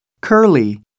curly